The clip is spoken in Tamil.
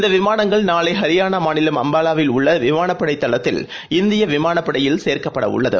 இந்த விமானங்கள் நாளை ஹரியானா மாநிலம் அம்பாவாவில் உள்ள விமானப்படை தளத்தில் இந்தியா விமானப்படையில் சேர்க்கப்பட உள்ளது